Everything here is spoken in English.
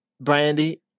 Brandy